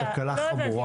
זאת תקלה חמורה.